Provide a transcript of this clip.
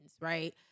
right